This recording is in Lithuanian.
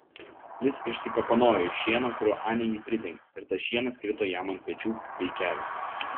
jis išsikapanojo iš šieno kuriuo anė jį pridengė ir tas šienas krito jam ant pečių bei kelių